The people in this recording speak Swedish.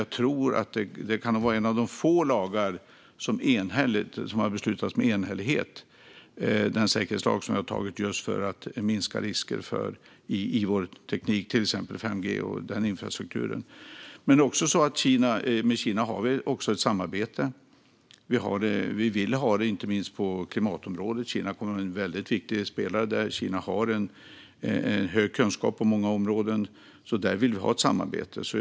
Jag tror att den säkerhetslag som vi har fattat beslut om för att minska riskerna i fråga om vår teknik, till exempel 5G och den infrastrukturen, kan vara en av de få lagar som har beslutats med enhällighet. Men det är också så att vi har ett samarbete med Kina. Vi vill ha det, inte minst på klimatområdet. Kina kommer att vara en mycket viktig spelare där. Kina har en stor kunskap på många områden. Därför vill vi ha ett samarbete där.